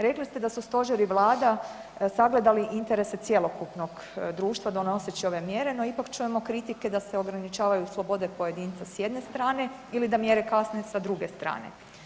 Rekli ste da su stožer i Vlada sagledali interese cjelokupnog društva donoseći ove mjere no ipak čujemo kritike da se ograničavaju slobode pojedinca s jedne strane ili da mjere kasne sa druge strane.